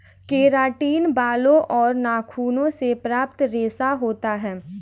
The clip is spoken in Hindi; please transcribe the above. केरातिन बालों और नाखूनों से प्राप्त रेशा होता है